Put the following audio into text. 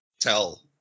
tell